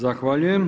Zahvaljujem.